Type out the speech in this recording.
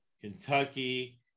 Kentucky